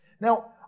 Now